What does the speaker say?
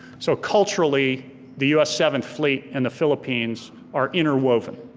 so culturally the us seventh fleet and the philippines are interwoven.